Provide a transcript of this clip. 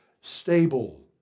stable